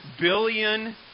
billion